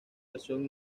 versión